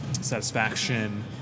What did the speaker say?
satisfaction